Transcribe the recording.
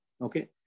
Okay